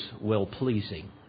well-pleasing